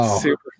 super